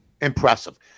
impressive